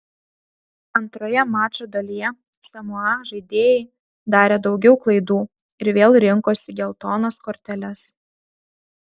antroje mačo dalyje samoa žaidėjai darė daugiau klaidų ir vėl rinkosi geltonas korteles